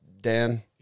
Dan